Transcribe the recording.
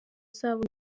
zabo